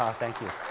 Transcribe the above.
thank you.